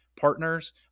partners